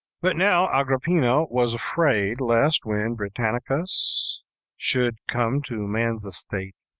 but now agrippina was afraid, lest, when britannicus should come to man's estate,